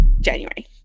January